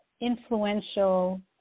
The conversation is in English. influential